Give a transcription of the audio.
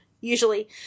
usually